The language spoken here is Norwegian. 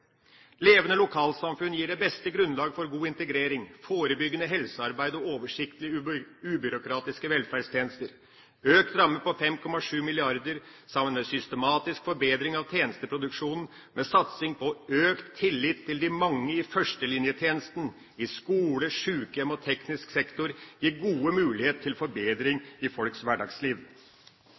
Levende lokalsamfunn gir det beste grunnlaget for god integrering, forebyggende helsearbeid og oversiktlige ubyråkratiske velferdstjenester. En økt ramme på 5,7 mrd. kr, sammen med en systematisk forbedring av tjenesteproduksjonen, med satsing på økt tillit til de mange i førstelinjetjenesten, i skole, sjukehjem og teknisk sektor, gir gode muligheter til forbedring i folks hverdagsliv.